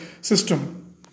system